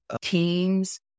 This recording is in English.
teams